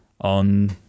on